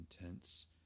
intense